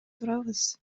турабыз